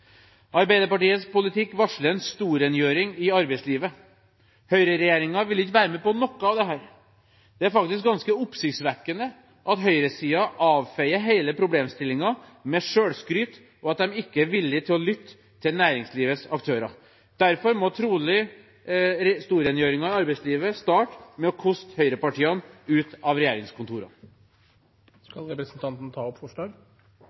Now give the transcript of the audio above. Arbeiderpartiets politikk varsler en storrengjøring i arbeidslivet. Høyreregjeringen vil ikke være med på noe av dette. Det er faktisk ganske oppsiktsvekkende at høyresiden avfeier hele problemstillingen med selvskryt, og at de ikke er villige til å lytte til næringslivets aktører. Derfor må trolig storrengjøringen i arbeidslivet starte med å koste høyrepartiene ut av regjeringskontorene. Jeg vil ta opp